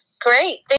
Great